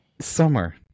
summer